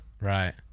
Right